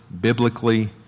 biblically